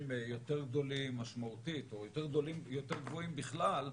יותר גדולים משמעותית או יותר גבוהים בכלל,